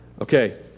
Okay